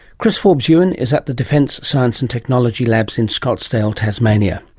chris forbes-ewan is at the defence science and technology labs in scottsdale, tasmania.